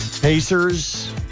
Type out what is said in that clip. Pacers